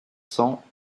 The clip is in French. cents